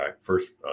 first